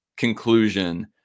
conclusion